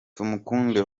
tumukunde